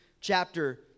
chapter